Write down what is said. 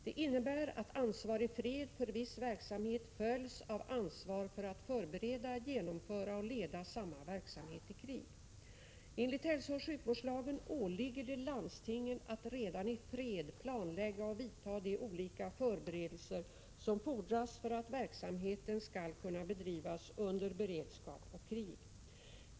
Det innebär att ansvar i fred för viss verksamhet följs av ansvar för att förbereda, genomföra och leda samma verksamhet i krig. Enligt hälsooch sjukvårdslagen åligger det landstingen att redan i fred planlägga och vidta de olika förberedelser som fordras för att verksamheten skall kunna bedrivas under beredskap och krig.